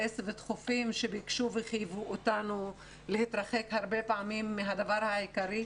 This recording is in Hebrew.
ודחופים שביקשו וחייבו אותנו להתרחק הרבה פעמים מהדבר העיקרי,